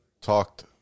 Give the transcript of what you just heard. talked